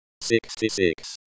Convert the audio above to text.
sixty-six